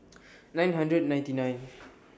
nine hundred and ninety nine